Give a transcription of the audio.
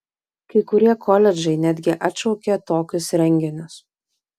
kai kurie koledžai netgi atšaukė tokius renginius